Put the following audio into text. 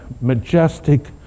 majestic